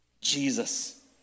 Jesus